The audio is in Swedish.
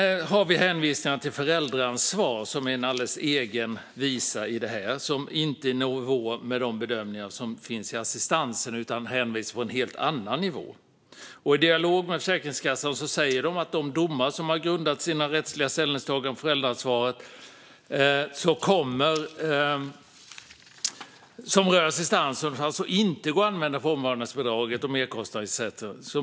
Hänvisningarna till föräldraansvar är en alldeles egen visa i detta och ligger inte i nivå med de bedömningar som finns i assistansen utan är på en helt annan nivå. I dialog med Försäkringskassan säger man att de domar man har grundat sina rättsliga ställningstaganden på för föräldraansvaret inte går att använda på omvårdnadsbidraget och merkostnadsersättningen.